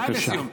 ודאי לסיום.